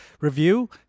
review